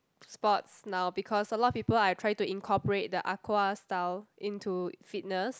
sports now because a lot of people are trying to incorporate the aqua style into fitness